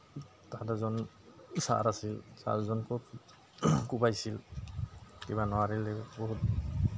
তাত এজন ছাৰ আছিল ছাৰজনে খুব কোবাইছিল কিবা নোৱাৰিলে বহুত